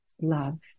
love